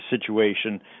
situation